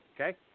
Okay